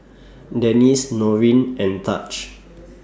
Denese Norine and Taj